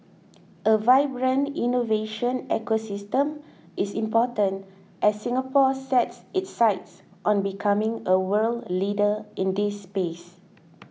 a vibrant innovation ecosystem is important as Singapore sets its sights on becoming a world leader in this space